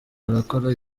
barakora